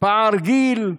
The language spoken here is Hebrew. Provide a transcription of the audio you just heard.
פער גיל,